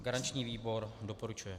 Garanční výbor doporučuje.